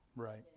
Right